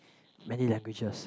many languages